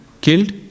killed